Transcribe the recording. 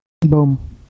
Boom